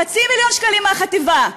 חצי מיליון שקלים מהחטיבה.